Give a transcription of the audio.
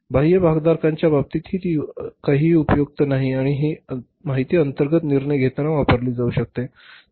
बाह्य भागधारकांच्या बाबतीत ती काहीही उपयुक्त नाही आणि ही माहिती अंतर्गत निर्णय घेताना वापरली जाऊ शकते